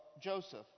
Joseph